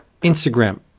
instagram